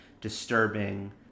disturbing